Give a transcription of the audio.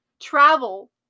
travel